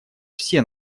все